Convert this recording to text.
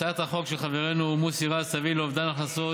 הצעת החוק של חברנו מוסי רז תביא לאובדן הכנסות